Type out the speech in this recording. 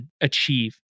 achieve